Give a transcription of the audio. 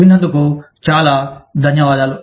విన్నందుకు చాలా ధన్యవాదాలు